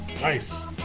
Nice